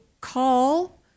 call